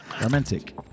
romantic